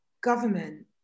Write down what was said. government